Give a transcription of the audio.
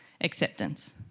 acceptance